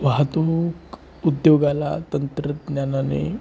वाहतूक उद्योगाला तंत्रज्ञानाने